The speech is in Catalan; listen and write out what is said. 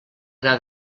gra